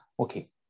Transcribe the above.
Okay